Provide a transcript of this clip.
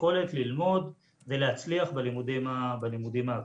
היכולת ללמוד ולהצליח בלימודים האקדמיים.